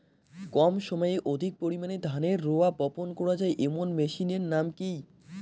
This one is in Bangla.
কম সময়ে অধিক পরিমাণে ধানের রোয়া বপন করা য়ায় এমন মেশিনের নাম কি?